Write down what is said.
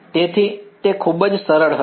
તેથી તે ખૂબ જ સરળ હશે